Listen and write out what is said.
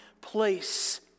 place